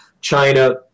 China